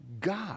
God